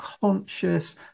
conscious